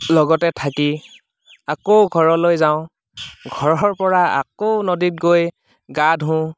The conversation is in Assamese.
লগতে থাকি আকৌ ঘৰলৈ যাওঁ ঘৰৰ পৰা আকৌ নদীত গৈ গা ধুওঁ